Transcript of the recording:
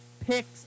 picks